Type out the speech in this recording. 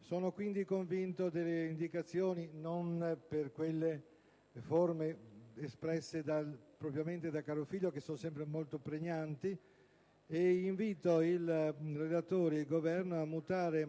Sono quindi convinto delle indicazioni, non per quelle forme espresse propriamente dal senatore Carofiglio, che sono sempre molto pregnanti, ed invito il relatore e il Governo a mutare